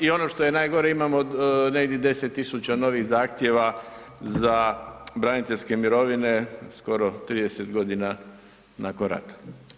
I ono što je najgore imamo negdje 10.000 novih zahtjeva za braniteljske mirovine skoro 30 godina nakon rata.